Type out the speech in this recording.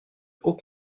haut